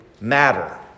matter